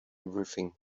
everything